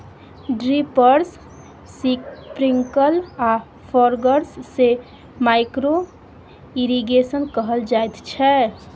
drippers, sprinkle आ foggers सँ micro irrigation कहल जाइत छै